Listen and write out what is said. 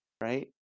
right